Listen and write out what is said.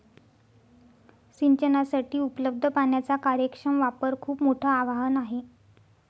सिंचनासाठी उपलब्ध पाण्याचा कार्यक्षम वापर खूप मोठं आवाहन आहे